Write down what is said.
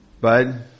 Bud